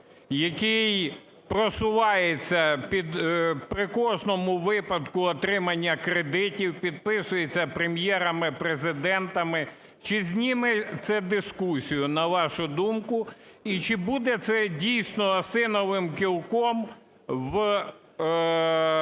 який просувається при кожному випадку отримання кредитів, підписується прем'єрами, президентами, чи зніме це дискусію, на вашу думку? І чи буде це, дійсно, осиновим кілком в